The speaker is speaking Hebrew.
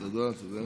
תודה.